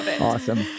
Awesome